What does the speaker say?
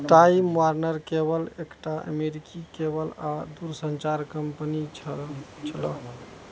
time Warner cable एकटा अमेरिकी cable आओर दूरसञ्चार कम्पनी छल